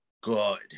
good